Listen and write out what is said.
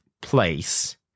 place